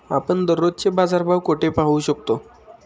आपण दररोजचे बाजारभाव कोठे पाहू शकतो?